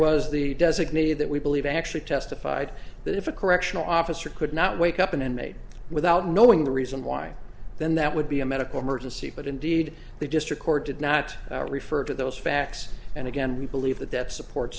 was the designee that we believe actually testified that if a correctional officer could not wake up an inmate without knowing the reason why then that would be a medical emergency but indeed the district court did not refer to those facts and again we believe that that support